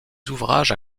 ouvrages